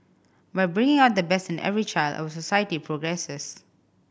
by bringing out the best in every child our society progresses